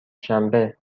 شنبه